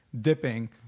dipping